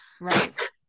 Right